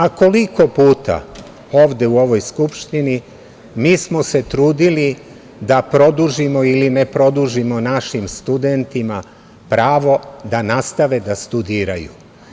A koliko puta ovde u ovoj Skupštini mi smo se trudili da produžimo ili ne produžimo našim studentima pravo da nastave da studiraju?